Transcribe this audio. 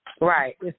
Right